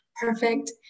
perfect